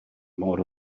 mor